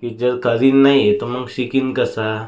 की जर करीन नाही तर मग शिकेन कसा